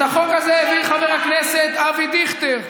את החוק הזה העביר חבר הכנסת אבי דיכטר.